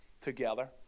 together